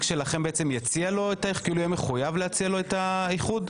שלכם יהיה מחויב להציע את האיחוד?